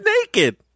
naked